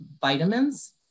vitamins